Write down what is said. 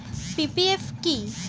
PPF কি?